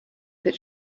that